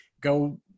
go